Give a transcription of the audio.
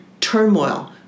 turmoil